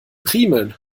primeln